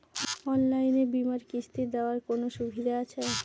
অনলাইনে বীমার কিস্তি দেওয়ার কোন সুবিধে আছে?